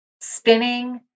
spinning